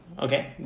Okay